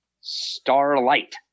Starlight